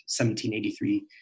1783